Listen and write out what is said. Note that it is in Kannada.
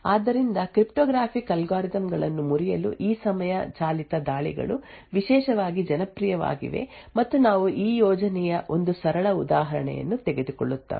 ಆದ್ದರಿಂದ ಕ್ರಿಪ್ಟೋಗ್ರಾಫಿಕ್ ಅಲ್ಗಾರಿದಮ್ ಗಳನ್ನು ಮುರಿಯಲು ಈ ಸಮಯ ಚಾಲಿತ ದಾಳಿಗಳು ವಿಶೇಷವಾಗಿ ಜನಪ್ರಿಯವಾಗಿವೆ ಮತ್ತು ನಾವು ಈ ಯೋಜನೆಯ ಒಂದು ಸರಳ ಉದಾಹರಣೆಯನ್ನು ತೆಗೆದುಕೊಳ್ಳುತ್ತೇವೆ